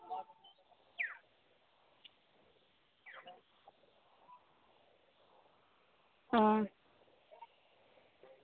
ᱚ